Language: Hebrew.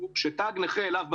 שתג נכה אליו בדרך.